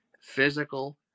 physical